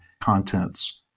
contents